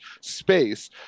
space